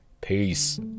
Peace